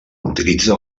utilitza